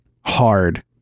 hard